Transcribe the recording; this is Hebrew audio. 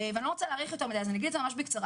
אי לא רוצה להאריך יותר מדי אז אני אגיד את זה ממש בקצרה.